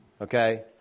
Okay